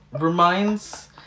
reminds